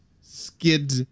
Skid